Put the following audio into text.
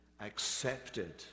accepted